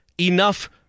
enough